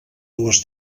dues